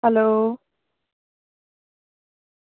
hello